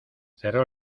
cerró